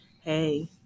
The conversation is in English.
Hey